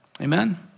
Amen